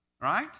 right